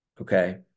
Okay